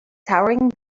towering